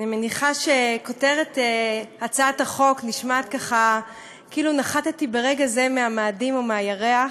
אני מניחה שכותרת הצעת החוק נשמעת כאילו נחתי ברגע זה מהמאדים או מהירח.